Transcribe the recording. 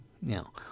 now